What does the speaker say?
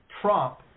Trump